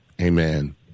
Amen